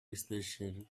station